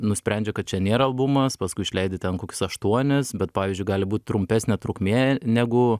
nusprendžia kad čia nėra albumas paskui išleidi ten kokius aštuonis bet pavyzdžiui gali būt trumpesnė trukmė negu